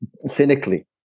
cynically